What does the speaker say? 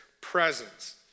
presence